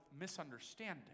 misunderstanding